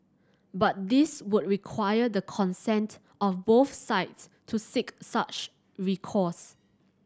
but this would require the consent of both sides to seek such recourse